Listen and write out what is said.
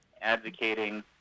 advocating